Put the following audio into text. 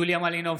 יוליה מלינובסקי,